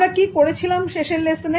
আমরা কি করেছিলাম শেষের লেসনে